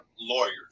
lawyers